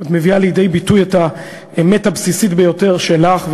את מביאה לידי ביטוי את האמת הבסיסית ביותר שלך,